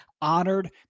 honored